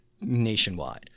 nationwide